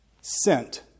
sent